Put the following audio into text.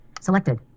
Selected